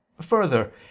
further